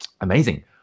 Amazing